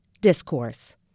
discourse